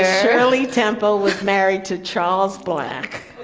shirley temple was married to charles black